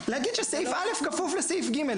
להגיד שסעיף (א) כפוף לסעיף (ג),